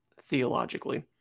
theologically